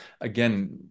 again